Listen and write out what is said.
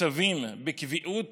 מתוקצבים בקביעות